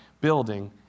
building